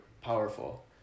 powerful